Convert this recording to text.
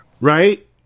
Right